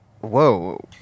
whoa